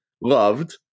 loved